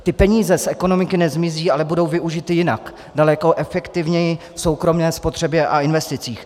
Ty peníze z ekonomiky nezmizí, ale budou využity jinak, daleko efektivněji v soukromé spotřebě a investicích.